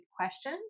question